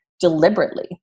deliberately